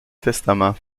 testament